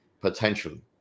Potentially